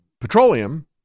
petroleum